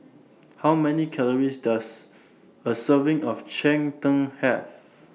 How Many Calories Does A Serving of Cheng Tng Have